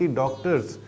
doctors